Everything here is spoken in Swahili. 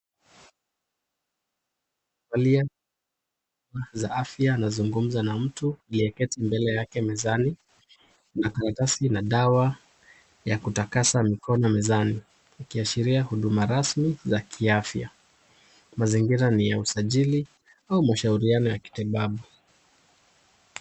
Mfanyikazi wa afya anazungumza na mtu aliyeketi mbele yake mezani na karatasi ina dawa ya kutakasa mikono mezani. Ikiashiria huduma rasmi za kiafya. Mazingira ni ya usajili au mashauriano ya kitibabu.